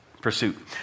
pursuit